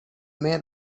man